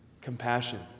compassion